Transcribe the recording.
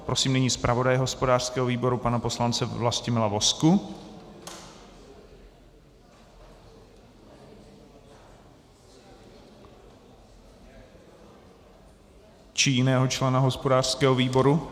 Prosím nyní zpravodaje hospodářského výboru pana poslance Vlastimila Vozku či jiného člena hospodářského výboru.